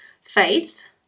faith